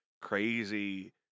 crazy